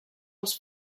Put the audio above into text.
els